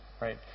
right